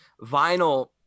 vinyl